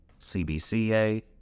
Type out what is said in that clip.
CBCA